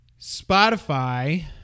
Spotify